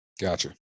gotcha